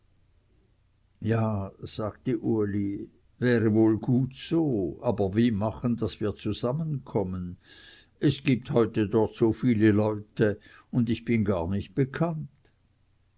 ja sagte uli wäre wohl gut so aber wie machen daß wir zusammenkommen es gibt heute dort so viele leute und ich bin gar nicht bekannt